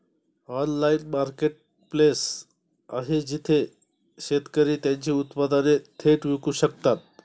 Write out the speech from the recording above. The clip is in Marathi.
ऑनलाइन मार्केटप्लेस आहे जिथे शेतकरी त्यांची उत्पादने थेट विकू शकतात?